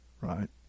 right